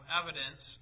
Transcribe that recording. evidence